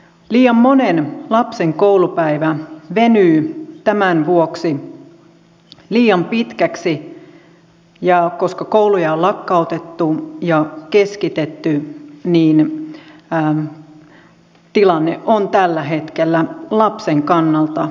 liian monen lapsen koulupäivä venyy tämän vuoksi liian pitkäksi ja koska kouluja on lakkautettu ja keskitetty tilanne on tällä hetkellä lapsen kannalta huono